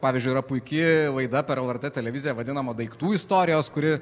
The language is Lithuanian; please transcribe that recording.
pavyzdžiui yra puiki laida per lrt televiziją vadinama daiktų istorijos kuri